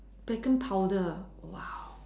beacon powder